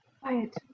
Quiet